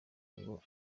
ngo